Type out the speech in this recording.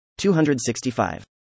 265